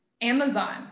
Amazon